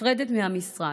נפרדת מהמשרד.